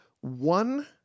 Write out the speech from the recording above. one